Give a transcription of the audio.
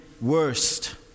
worst